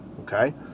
Okay